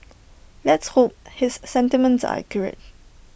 let's hope his sentiments are accurate